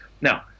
Now